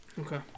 Okay